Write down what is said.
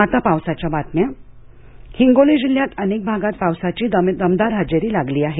आता पावसाच्या बातम्या हिंगोली जिल्ह्यात अनेक भागात पावसाची दमदार हजेरी लागली आहे